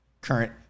current